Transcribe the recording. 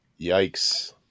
Yikes